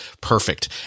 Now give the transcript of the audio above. perfect